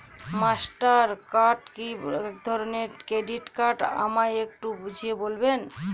Master card কি একধরণের debit card আমায় একটু বুঝিয়ে বলবেন?